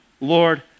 Lord